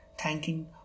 thanking